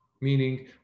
meaning